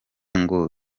ngo